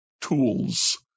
tools